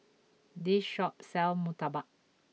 this shop sells Murtabak